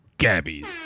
Gabby's